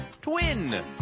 Twin